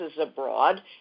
abroad